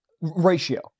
Ratio